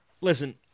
Listen